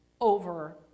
over